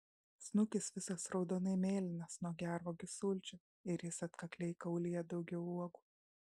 snukis visas raudonai mėlynas nuo gervuogių sulčių ir jis atkakliai kaulija daugiau uogų